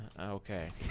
Okay